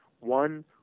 One